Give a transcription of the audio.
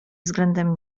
względem